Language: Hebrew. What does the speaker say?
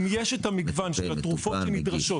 אם יש את המגוון של התרופות הנדרשות